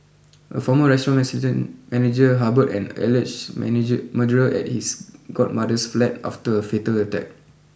a former restaurant assistant manager harboured an alleged manager murderer at his godmother's flat after a fatal attack